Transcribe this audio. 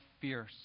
fierce